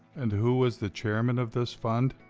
and who was the chairman of this fund?